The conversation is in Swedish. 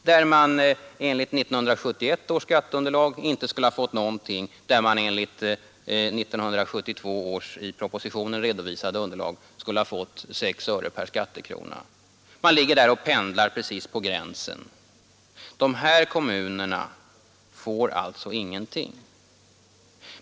Där skulle man enligt 1971 års skatteunderlag inte ha fått någonting, och enligt 1972 års i propositionen redovisade underlag skulle man ha fått 6 öre per skattekrona. Man ligger där och pendlar precis på gränsen. De här kommunerna får alltså ingenting.